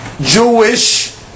Jewish